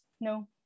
No